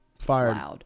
fired